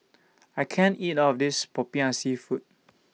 I can't eat All of This Popiah Seafood